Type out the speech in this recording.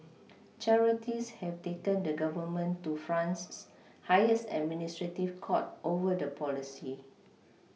charities have taken the Government to France's highest administrative court over the policy